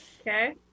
Okay